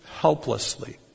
helplessly